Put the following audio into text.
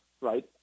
right